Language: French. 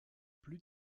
plus